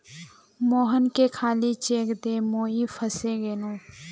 मोहनके खाली चेक दे मुई फसे गेनू